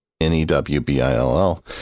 n-e-w-b-i-l-l